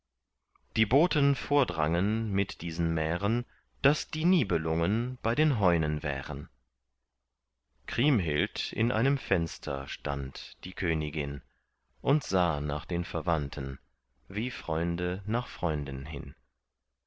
die boten vordrangen mit diesen mären daß die nibelungen bei den heunen wären kriemhild in einem fenster stand die königin und sah nach den verwandten wie freunde nach freunden hin